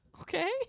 Okay